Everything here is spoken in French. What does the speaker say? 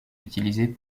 utilisée